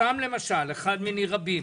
סתם למשל, אחד מיני רבים.